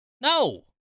No